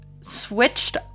switched